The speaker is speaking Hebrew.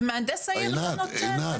ומהנדס העיר לא נתן.